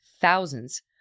Thousands